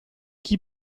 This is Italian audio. chi